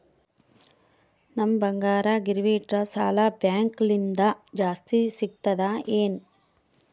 ನಮ್ ಬಂಗಾರ ಗಿರವಿ ಇಟ್ಟರ ಸಾಲ ಬ್ಯಾಂಕ ಲಿಂದ ಜಾಸ್ತಿ ಸಿಗ್ತದಾ ಏನ್?